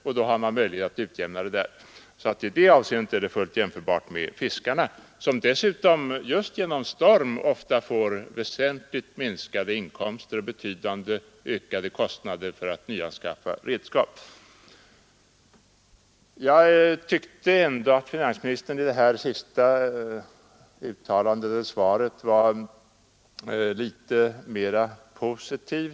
I det fallet är skogsägarna fullt jämförbara med fiskarna som dessutom just på grund av storm vissa år får väsentligt minskade inkomster och samtidigt betydligt ökade kostnader för att nyanskaffa redskap. Jag tyckte ändå att finansministern i det senaste anförandet var litet mera positiv.